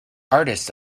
artist